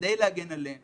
כדי להגן עליהם